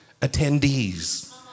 attendees